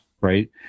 right